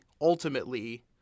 ultimately